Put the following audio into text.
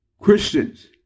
Christians